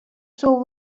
soe